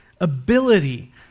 ability